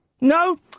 No